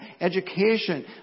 education